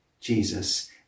Jesus